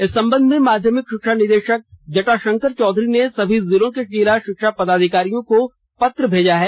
इस संबंध में माध्यमिक शिक्षा निदेशक जटाशंकर चौधरी ने सभी जिलों के जिला शिक्षा पदाधिकारियों को पत्र भेजा है